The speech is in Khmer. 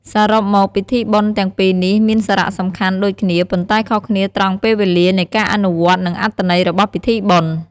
សរុបមក ពិធីបុណ្យទាំងពីរនេះមានសារៈសំខាន់ដូចគ្នា ប៉ុន្តែខុសគ្នាត្រង់ពេលវេលានៃការអនុវត្ត និងអត្ថន័យរបស់ពិធីបុណ្យ។